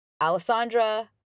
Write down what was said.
Alessandra